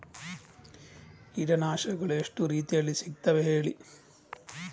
ಕೀಟನಾಶಕಗಳು ಎಷ್ಟು ರೀತಿಯಲ್ಲಿ ಸಿಗ್ತದ ಹೇಳಿ